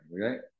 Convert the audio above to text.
Right